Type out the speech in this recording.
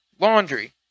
laundry